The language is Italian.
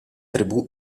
tribù